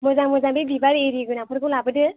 मोजां मोजां बे बिबार इरि गोनांफोरखौ लाबोदो